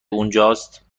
اونجاست